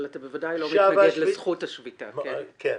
אבל אתה בוודאי לא מתנגד לזכות השביתה, כן?